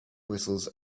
whistles